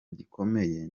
gikomeye